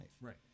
Right